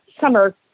summer